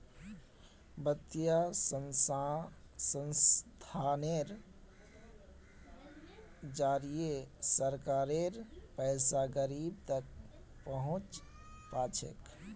वित्तीय संस्थानेर जरिए सरकारेर पैसा गरीब तक पहुंच पा छेक